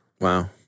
Wow